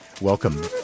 Welcome